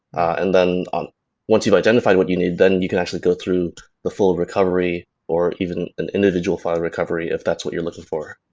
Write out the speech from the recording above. and then um ones you've identified what you need then you can actually go through a full recovery or even an individual file recovery if that's what you're looking for.